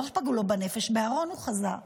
לא פגעו לו בנפש, הוא חזר בארון.